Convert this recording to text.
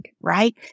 right